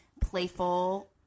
playful